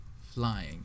flying